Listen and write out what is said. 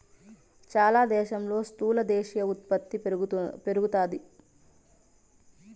చాలా దేశాల్లో స్థూల దేశీయ ఉత్పత్తి పెరుగుతాది